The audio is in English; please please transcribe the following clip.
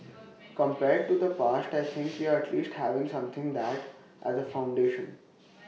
compared to the past I think we're at least having something that has A foundation